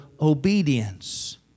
obedience